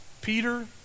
Peter